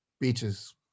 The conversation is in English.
Beaches